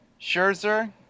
Scherzer